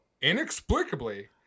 inexplicably